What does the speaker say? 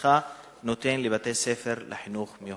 שמשרדך נותן לבתי-ספר לחינוך מיוחד?